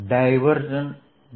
v0